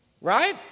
Right